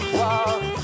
walk